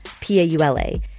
P-A-U-L-A